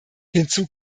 hinzu